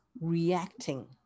reacting